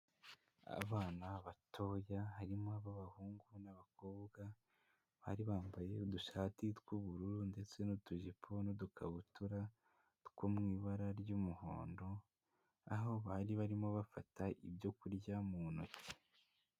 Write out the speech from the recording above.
Abana batoya harimo ab'abahungu n'abakobwa, bari bambaye udushati tw'ubururu ndetse n'utujipo n'udukabutura two mu ibara ry'umuhondo, aho bari barimo bafata ibyo kurya mu ntoki.